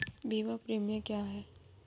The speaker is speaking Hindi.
बीमा प्रीमियम क्या है?